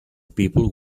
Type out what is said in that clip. people